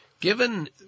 Given